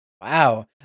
Wow